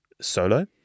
solo